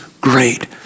great